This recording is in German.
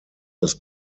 das